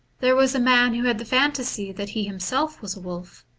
there was a man who had the phantasy that he himself was a wolf.